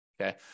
Okay